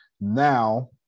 Now